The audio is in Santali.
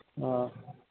ᱦᱚᱸ